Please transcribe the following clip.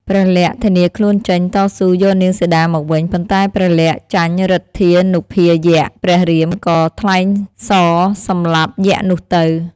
ព្រះលក្សណ៍ធានាខ្លួនចេញតស៊ូយកនាងសីតាមកវិញ ប៉ុន្តែព្រះលក្សណ៍ចាញ់ឫទ្ធានុភាយក្ស ព្រះរាមក៏ថ្លែងស សម្លាប់យក្សនោះទៅ។